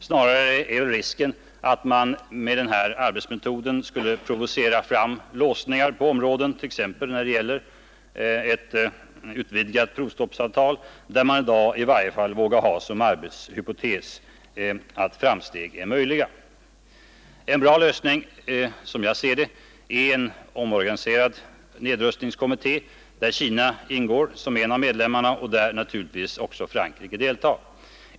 Snarare är väl risken den att man skulle provocera låsningar på områden, t.ex. när det gäller ett utvidgat provstoppsavtal, där man i dag i varje fall vågar ha som arbetshypotes att framsteg är möjliga. En bra lösning, som jag ser det, är en omorganiserad nedrustningskom Nr 48 mitté, där Kina ingår som en av medlemmarna och där naturligtvis också Torsdagen den Frankrike deltar.